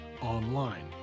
online